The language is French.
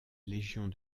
légions